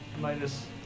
minus